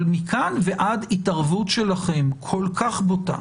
אבל מכאן ועד התערבות שלכם כל כך בוטה